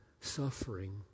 suffering